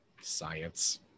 Science